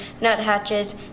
nuthatches